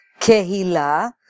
Kehila